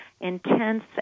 intense